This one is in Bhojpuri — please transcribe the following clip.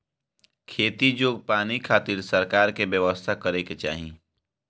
खेती जोग पानी खातिर सरकार के व्यवस्था करे के चाही